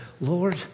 Lord